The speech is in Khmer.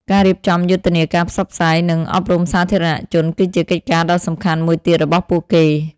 ការរៀបចំយុទ្ធនាការផ្សព្វផ្សាយ និងអប់រំសាធារណជនគឺជាកិច្ចការដ៏សំខាន់មួយទៀតរបស់ពួកគេ។